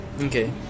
Okay